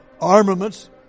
armaments